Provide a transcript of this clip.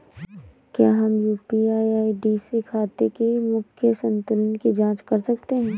क्या हम UPI ID से खाते के मूख्य संतुलन की जाँच कर सकते हैं?